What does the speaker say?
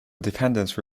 dependence